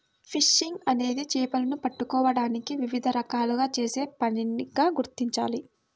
fishing అనేది చేపలను పట్టుకోవడానికి వివిధ రకాలుగా చేసే పనిగా గుర్తించాలి